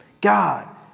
God